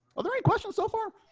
all right. questions so far.